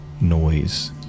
noise